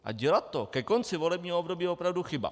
A dělat to ke konci volebního období je opravdu chyba.